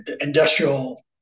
industrial